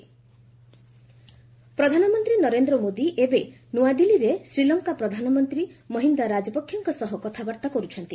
PM Sri Lanka ପ୍ରଧାନମନ୍ତ୍ରୀ ନରେନ୍ଦ୍ର ମୋଦି ଏବେ ନୂଆଦିଲ୍ଲୀରେ ଶ୍ରୀଲଙ୍କା ପ୍ରଧାନମନ୍ତ୍ରୀ ମହିନ୍ଦା ରାଜପକ୍ଷେଙ୍କ ସହ କଥାବାର୍ତ୍ତା କରୁଛନ୍ତି